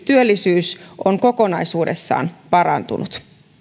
työllisyys on kokonaisuudessaan parantunut